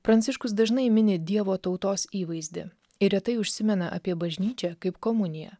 pranciškus dažnai mini dievo tautos įvaizdį ir retai užsimena apie bažnyčią kaip komuniją